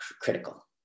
Critical